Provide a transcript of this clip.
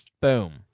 Boom